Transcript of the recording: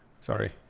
sorry